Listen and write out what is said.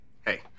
Hey